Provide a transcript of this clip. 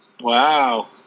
wow